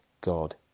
God